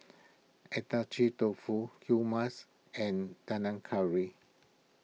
Agedashi Dofu Hummus and Panang Curry